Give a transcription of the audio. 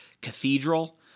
cathedral